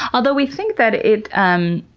although we think that it um